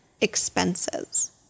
expenses